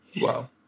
Wow